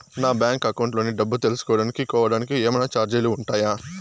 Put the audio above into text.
నా bank account లోని డబ్బు తెలుసుకోవడానికి కోవడానికి ఏమన్నా చార్జీలు ఉంటాయా?